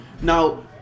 Now